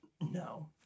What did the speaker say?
No